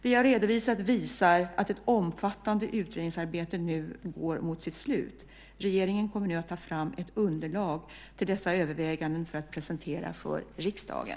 Det jag redovisat visar att ett omfattande utredningsarbete nu går mot sitt slut. Regeringen kommer nu att ta fram ett underlag till dessa överväganden för att presentera för riksdagen.